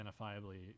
identifiably